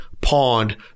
pond